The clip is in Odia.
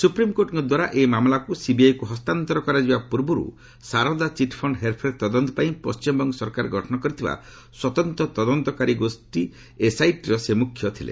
ସୁପ୍ରିମ୍କୋର୍ଟଙ୍କ ଦ୍ୱାରା ଏହି ମାମଲାକୁ ସିବିଆଇକୁ ହସ୍ତାନ୍ତର କରାଯିବା ପୂର୍ବରୁ ଶାରଦା ଚିଟ୍ଫଣ୍ଡ ହେର୍ଫେର୍ ତଦନ୍ତପାଇଁ ପଣ୍ଟିମବଙ୍ଗ ସରକାର ଗଠନ କରିଥିବା ସ୍ୱତନ୍ତ ତଦନ୍ତକାରୀ ଗୋଷ୍ଠୀ ଏସ୍ଆଇଟିର ସେ ମୁଖ୍ୟ ଥିଲେ